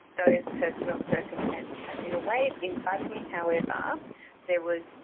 those personal circumstances had little weight. in bugmy however um there was,